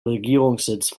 regierungssitz